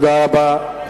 תודה רבה.